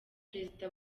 perezida